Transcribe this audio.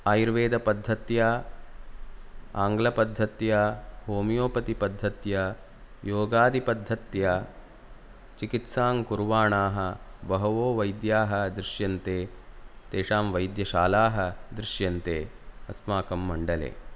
आयुर्वेदपद्धत्या आङ्ग्लपद्धत्या होमियोपति पद्धत्या योगादिपद्धत्या चिकित्सां कुर्वाणाः बहवो वैद्याः दृश्यन्ते तेषां वैद्यशालाः दृश्यन्ते अस्माकं मण्डले